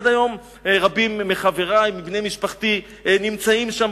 עד היום רבים מחברי ומבני משפחתי נמצאים שם,